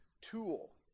tool